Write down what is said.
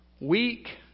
Weak